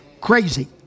crazy